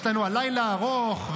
יש לנו לילה ארוך,